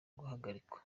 guhagarikwa